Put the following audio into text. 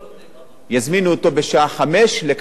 יזמינו אותו בשעה 15:00 לקבל מזון,